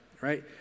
right